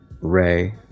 Ray